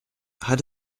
hat